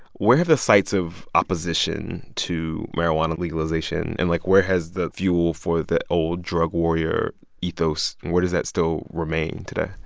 where have the sights of opposition to marijuana legalization and, like, where has the fuel for the old drug warrior ethos where does that still remain today?